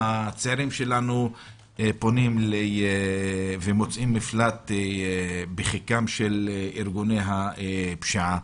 הצעירים שלנו מוצאים מפלט בחיקם של ארגוני הפשיעה.